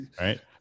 Right